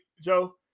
Joe